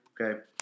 Okay